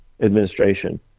administration